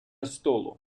столу